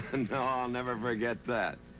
and no, i'll never forget that.